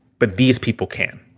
but these people can